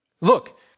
Look